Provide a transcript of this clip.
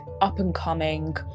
up-and-coming